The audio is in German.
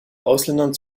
ausländern